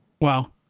Wow